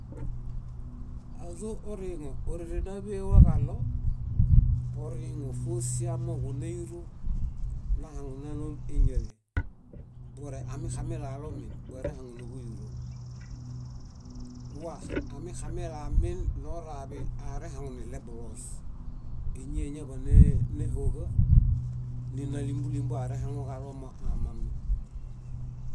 . Ázo oriiŋo órerenaḃewaġaɭo oriiŋo fósi amooġo náiro nahaŋu náloom éñale. Bore amixamilalomin bórehaŋuniḃuiro. Wa amixamilaminoraḃi aerehaŋuniɭebuloos. Éñieñaḃanee néhoġa, nina límbulimbu aerehaŋuġalo moamami.